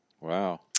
Wow